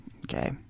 Okay